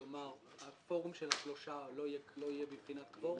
כלומר, הפורום של השלושה לא יהיה בבחינת קוורום.